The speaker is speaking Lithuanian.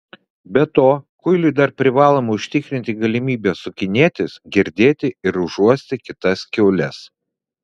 be to kuiliui dar privaloma užtikrinti galimybę sukinėtis girdėti ir užuosti kitas kiaules